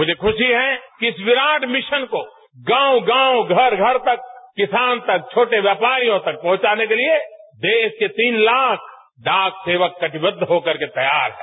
मुझे खुशी है कि इस विराट मिशन को गांव गांव तक घर घर तक किसान तक छोटे व्यापारियों तक पहुंचाने के लिए देश के तीन ताख डाक सेवक कटिबद्ध होकर के तैयार हैं